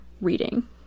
reading